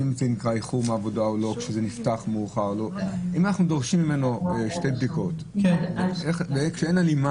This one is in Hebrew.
אם אנחנו דורשים מהעובד שתי בדיקות, אין הלימה